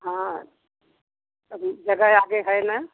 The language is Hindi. हाँ सभी जगहें आगे है ना